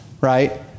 right